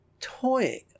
toying